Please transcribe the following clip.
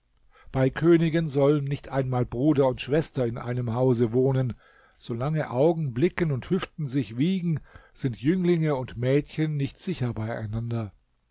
bei königen sollen nicht einmal bruder und schwester in einem hause wohnen solange augen blicken und hüften sich wiegen sind jünglinge und mädchen nicht sicher beieinander